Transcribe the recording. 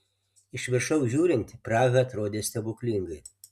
iš viršaus žiūrint praha atrodė stebuklingai